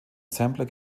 sampler